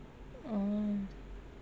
orh